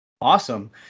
Awesome